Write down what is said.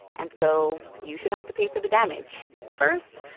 and so you should have to pay for the damage but first,